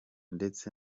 ndetse